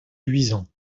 luisant